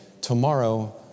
tomorrow